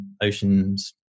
Ocean's